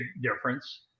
difference